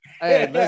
hey